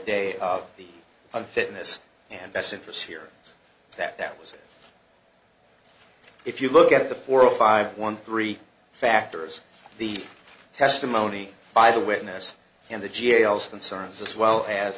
day of the unfitness and best interests here that that was if you look at the four five one three factors the testimony by the witness and the jails concerns as well as